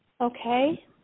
okay